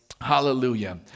hallelujah